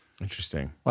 Interesting